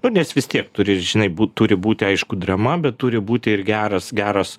nu nes vis tiek turi žinai būt turi būti aišku drama bet turi būti ir geras geras